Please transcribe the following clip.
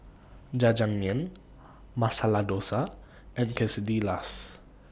Jajangmyeon Masala Dosa and Quesadillas